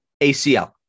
ACL